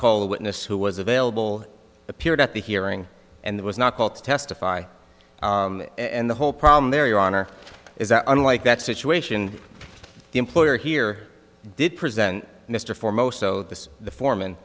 a witness who was available appeared at the hearing and was not called to testify and the whole problem there your honor is that unlike that situation the employer here did present mr for most of this the foreman